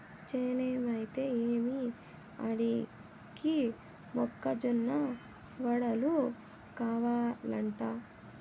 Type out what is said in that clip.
చేనేమైతే ఏమి ఆడికి మొక్క జొన్న వడలు కావలంట